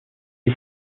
est